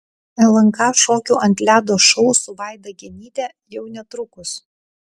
lnk šokių ant ledo šou su vaida genyte jau netrukus